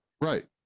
right